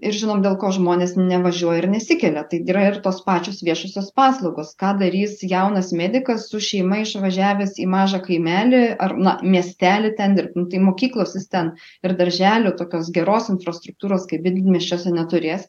ir žinom dėl ko žmonės nevažiuoja ir nesikelia tai yra ir tos pačios viešosios paslaugos ką darys jaunas medikas su šeima išvažiavęs į mažą kaimelį ar na miestelį ten dirbt nu tai mokyklos jis ten ir darželių tokios geros infrastruktūros kaip didmiesčiuose neturės